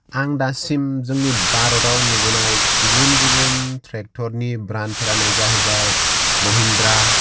आं दासिम जोंनि भारताव नुबोनाय गुबुन गुबुन ट्रेक्टरनि ब्राण्डफोरानो जाहैबाय महिन्द्रा